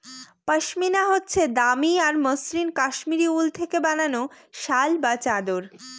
পশমিনা হচ্ছে দামি আর মসৃণ কাশ্মীরি উল থেকে বানানো শাল বা চাদর